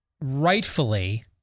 rightfully